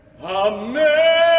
Amen